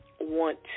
want